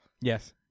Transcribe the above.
Yes